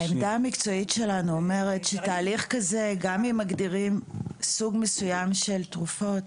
העמדה המקצועית שלנו אומרת שגם אם מגדירים סוג מסוים של תרופות...